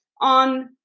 on